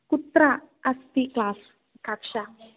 कुत्र अस्ति क्लास् कक्षा